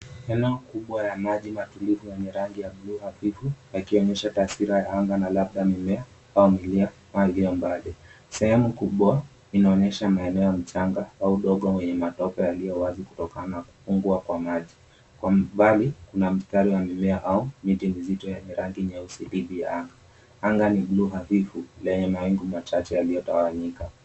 Eneo kubwa ya maji matulivu yenye rangi ya buluu hafifu yakionyesha taswira ya anga na labda mimea au milia au iliyo mbali. Sehemu kubwa inaonyesha maeneo ya mchanga au udongo wenye matope yaliyo wazi kutokana na kufungwa kwa maji. Kwa mbali kuna mstari wa mimea au miti mizito yenye rangi nyeusi dhidi ya anga. Anga ni buluu hafifu lenye mawingu machache yaliyotawanyika.